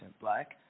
black